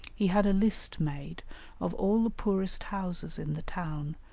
he had a list made of all the poorest houses in the town,